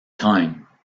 time